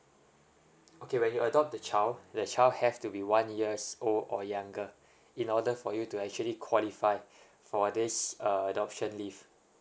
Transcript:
okay when you adopt the child the child have to be one years old or younger in order for you to actually qualify for this err adoption leave